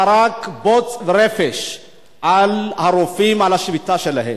זרק בוץ ורפש על הרופאים, על השביתה שלהם,